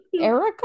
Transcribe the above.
erica